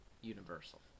universal